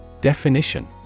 Definition